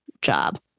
job